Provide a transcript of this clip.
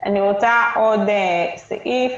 אני רוצה עוד סעיף,